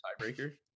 tiebreaker